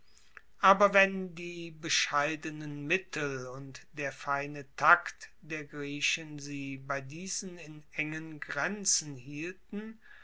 aber wenn die bescheidenen mittel und der feine takt der griechen sie bei diesen in engen grenzen hielten